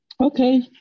Okay